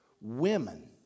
women